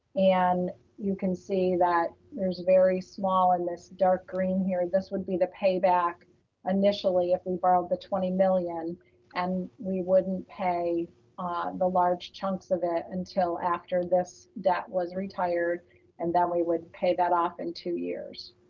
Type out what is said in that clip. and you can see that there's very small in this dark green here. this would be the payback initially, if we borrowed the twenty million and we wouldn't pay ah the large chunks of it until after this debt was retired and then we would pay that off in two years.